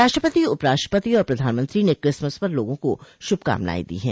राष्ट्रपति उपराष्ट्रपति और प्रधानमंत्री ने क्रिसमस पर लोगों को शुभकामनाएं दी हैं